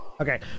Okay